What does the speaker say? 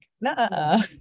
nah